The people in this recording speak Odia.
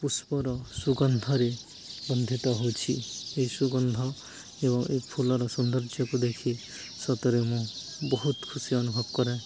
ପୁଷ୍ପର ସୁଗନ୍ଧରେ ବନ୍ଧିତ ହେଉଛି ଏହି ସୁଗନ୍ଧ ଏବଂ ଏ ଫୁଲର ସୌନ୍ଦର୍ଯ୍ୟକୁ ଦେଖି ସତରେ ମୁଁ ବହୁତ ଖୁସି ଅନୁଭବ କରେ